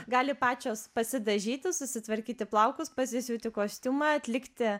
gali pačios pasidažyti susitvarkyti plaukus pasisiūti kostiumą atlikti